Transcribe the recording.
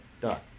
Done